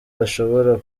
bashobora